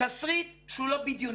תסריט שהוא לא בדיוני.